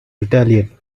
retaliate